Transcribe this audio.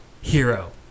hero